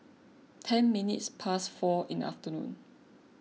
ten minutes past four in afternoon